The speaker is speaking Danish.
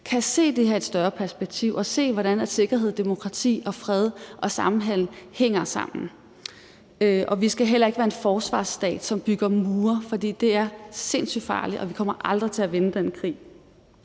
– det her i et større perspektiv og se, hvordan sikkerhed, demokrati, fred og samhandel hænger sammen. Og vi skal heller ikke være en forsvarsstat, som bygger mure, for det er sindssygt farligt, og vi kommer aldrig til at vinde sådan en krig.